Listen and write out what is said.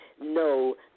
no